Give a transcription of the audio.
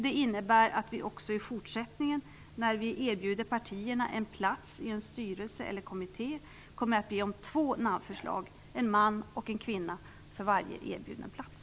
Det innebär att vi också i fortsättningen när vi erbjuder partierna en plats i en styrelse eller kommitté kommer att be om två namnförslag, en man och en kvinna, för varje erbjuden plats.